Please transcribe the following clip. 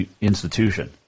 Institution